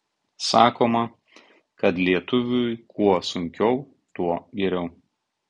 sakoma kad lietuviui kuo sunkiau tuo geriau